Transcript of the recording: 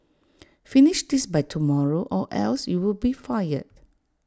finish this by tomorrow or else you'll be fired